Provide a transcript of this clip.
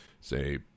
say